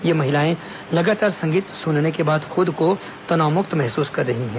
ये महिलाएं लगातार संगीत सुनने के बाद खुद को तनाव मुक्त महसूस कर रही है